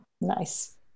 Nice